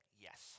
Yes